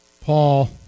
Paul